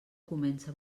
comença